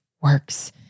works